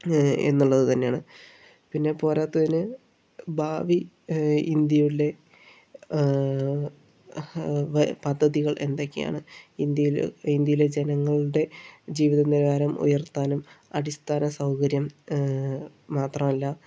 എന്നുള്ളത് തന്നെയാണ് പിന്നെ പോരാത്തതിന് ഭാവി ഇന്ത്യയിലെ പദ്ധതികൾ എന്തൊക്കെയാണ് ഇന്ത്യയിലെ ഇന്ത്യയിലെ ജനങ്ങളുടെ ജീവിത നിലവാരം ഉയർത്താനും അടിസ്ഥാന സൗകര്യം മാത്രമല്ല